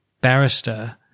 barrister